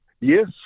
Yes